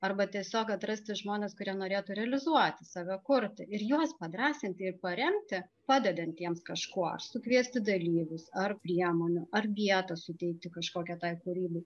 arba tiesiog atrasti žmones kurie norėtų realizuoti save kurti ir juos padrąsinti ir paremti padedant jiems kažkuo ar sukviesti dalyvius ar priemonių ar vietą suteikti kažkokią tai kūrybai